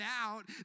out